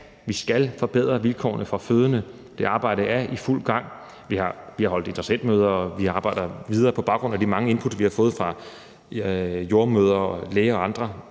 vi skal forbedre vilkårene for fødende. Det arbejde er i fuld gang, vi har holdt interessentmøder, og vi arbejder videre på baggrund af de mange input, vi har fået fra jordemødre og læger og andre,